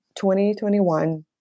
2021